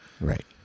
right